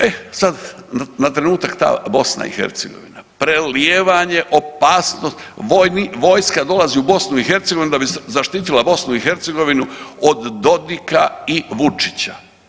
E sad na trenutak ta BiH, prelijevanje opasnosti, vojska dolazi u BiH da bi zaštitila BiH od Dodika i Vučića.